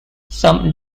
some